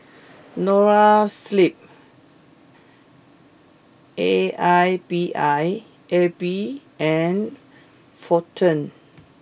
Noa Sleep A I B I A B and Fortune